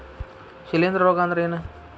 ಶಿಲೇಂಧ್ರ ರೋಗಾ ಅಂದ್ರ ಏನ್?